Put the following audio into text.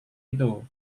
itu